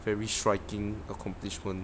very striking accomplishment